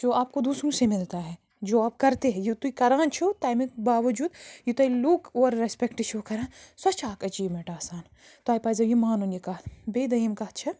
جو آپ کو دوسروں سے مِلتا ہے جو آپ کَرتے ہیں یہِ تُہۍ کَران چھُو تَمہِ باوجوٗد یہِ تۄہہِ لوٗکھ اورٕ رٮ۪سپٮ۪کٹ چھِو کَران سۄ چھےٚ اَکھ أچیٖومٮ۪نٛٹ آسان تۄہہِ پَزیو یہِ مانُن یہِ کَتھ بیٚیہِ دٔیِم کَتھ چھےٚ